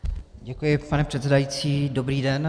Děkuji, pane předsedající, dobrý den.